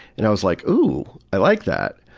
and i was like, ooo! i like that!